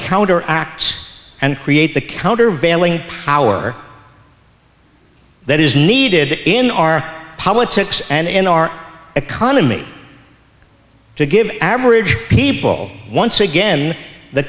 counter acts and create the countervailing power that is needed in our politics and in our economy to give average people once again the